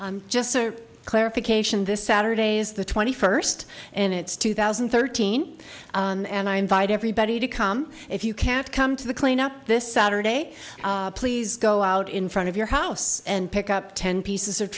you just a clarification this saturday is the twenty first and it's two thousand and thirteen and i invite everybody to come if you can't come to the cleanup this saturday please go out in front of your house and pick up ten pieces of